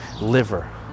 liver